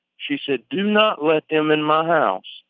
she said, do not let them in my house.